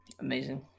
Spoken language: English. amazing